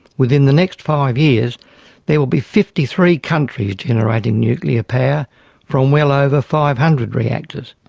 within the next five years there will be fifty three countries generating nuclear power from well over five hundred reactors.